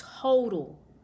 total